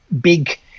big